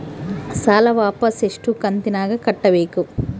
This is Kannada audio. ಸಾಲ ವಾಪಸ್ ಎಷ್ಟು ಕಂತಿನ್ಯಾಗ ಕಟ್ಟಬೇಕು?